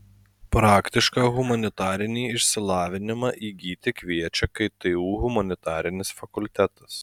praktišką humanitarinį išsilavinimą įgyti kviečia ktu humanitarinis fakultetas